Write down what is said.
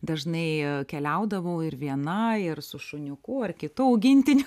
dažnai keliaudavau ir viena ir su šuniuku ar kitu augintiniu